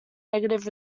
negative